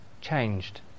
changed